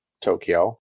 Tokyo